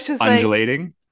Undulating